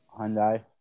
Hyundai